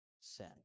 sin